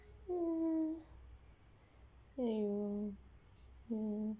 mm mm